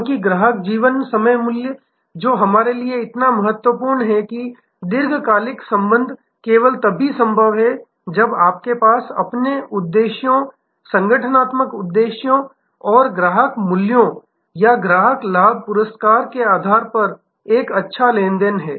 क्योंकि यह ग्राहक जीवन समय मूल्य जो हमारे लिए इतना महत्वपूर्ण है कि दीर्घकालिक संबंध केवल तभी संभव है जब आपके पास अपने उद्देश्यों संगठनात्मक उद्देश्यों और ग्राहक मूल्यों या ग्राहक लाभ ग्राहक पुरस्कारों के आधार पर एक अच्छा लेनदेन है